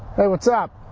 hey what's up?